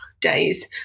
days